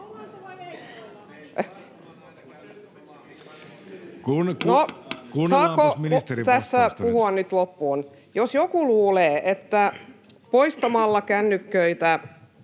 Saako tässä puhua nyt loppuun? Jos joku luulee, että poistamalla kännyköitä